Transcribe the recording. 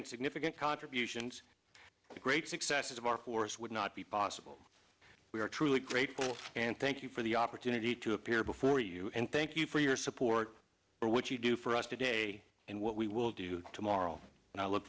and significant contributions the great success of our force would not be possible we are truly grateful and thank you for the opportunity to appear before you and thank you for your support for what you do for us today and what we will do tomorrow and i look